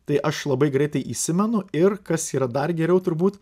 tai aš labai greitai įsimenu ir kas yra dar geriau turbūt